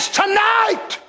tonight